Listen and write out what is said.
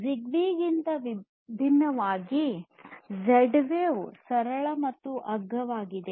ಜಿಗ್ಬೀಗಿಂತ ಭಿನ್ನವಾಗಿ Z wave ಸರಳ ಮತ್ತು ಅಗ್ಗವಾಗಿದೆ